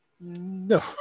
no